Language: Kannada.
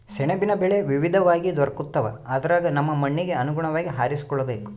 ಸೆಣಬಿನ ಬೆಳೆ ವಿವಿಧವಾಗಿ ದೊರಕುತ್ತವೆ ಅದರಗ ನಮ್ಮ ಮಣ್ಣಿಗೆ ಅನುಗುಣವಾಗಿ ಆರಿಸಿಕೊಳ್ಳಬೇಕು